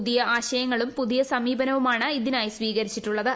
പുതിയ ആശയങ്ങളും പുതിയ സമീപനവുമാണ് ഇതിനായി സ്വീകരിച്ചിട്ടുള്ളത്